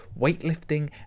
weightlifting